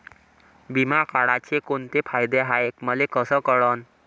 बिमा काढाचे कोंते फायदे हाय मले कस कळन?